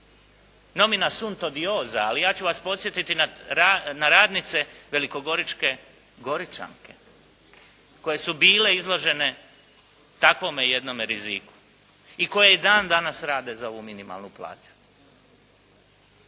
se ne razumije./… ali ja ću vas podsjetiti na radnice Velikogoričke Goričanke koje su bile izložene takvome jednome riziku i koje dan danas rade za ovu minimalnu plaću.